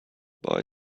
boy